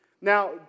Now